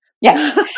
Yes